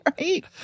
Right